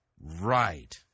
Right